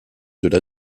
delà